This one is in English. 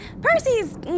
Percy's